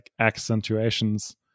accentuations